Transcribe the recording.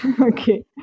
Okay